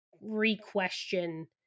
re-question